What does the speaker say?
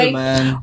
man